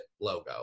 Logo